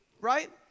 right